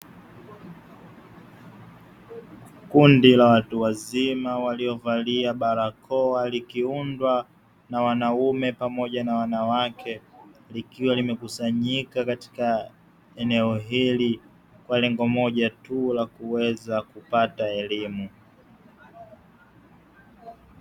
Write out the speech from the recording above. Kundi la watu wazima waliovalia barakoa likiundwa na wanaume pamoja na wanawake, likiwa limekusanyika katika eneo hili kwa lengo moja tu la kuweza kupata elimu.